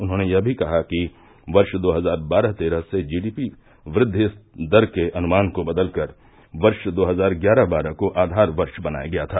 उन्होंने यहा भी कहा कि वर्ष दो हजार बारह तेरह से जीडीपी वृद्वि दर के अनुमान को बदलकर वर्ष दो हजार ग्यारह बारह को आधार वर्ष बनाया गया था